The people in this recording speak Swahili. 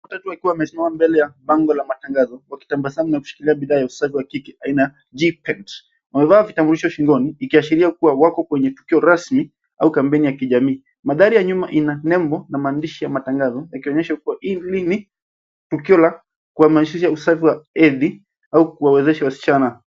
...watatu wakiwa wamesimama mbele ya bango la matangazo wakitabasamu wakishikilia bidhaa ya usagi wa kike aina ya GPENT. Wamevaa vitambulisho shingoni ikiashiria kuwa wako katika tukio rasmi au kampeni ya kijamii. Magari ya nyuma ina nembo na maandishi ya matangazo yakionyesha kuwa hili ni tukio la kuhamasisha usafi wa hedhi au kuwawezesha wasichana.